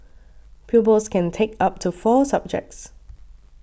pupils can take up to four subjects